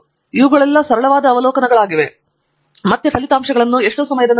ಆದ್ದರಿಂದ ಇವುಗಳೆಲ್ಲಾ ಸರಳವಾದ ಅವಲೋಕನಗಳಾಗಿವೆ ಮತ್ತೆ ಫಲಿತಾಂಶಗಳು ನಂತರ ನಿರ್ಮಿಸಲು ಸಹಾಯವಾಗುತ್ತದೆ